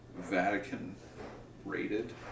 Vatican-rated